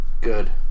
Good